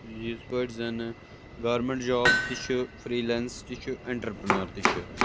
یِتھٕ پٲٹھۍ زَن گورمِنٛٹ جاب تہِ چھُ فرِٛی لینٕس تہِ چھُ اَنڈَر پرنار تہِ چھُ